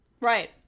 Right